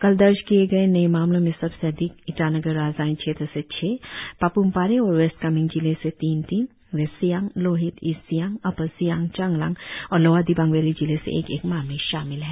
कल दर्ज किए नए मामलों में सबसे अधिक ईटानगर राजधानी क्षेत्र से छह पाप्मपारे और वेस्ट कामेंग जिले से तीन तीन west Siang Lohit east Siang upper Siang Changlang और लोअर दिबांग वैली जिले से एक एक मामले शामिल है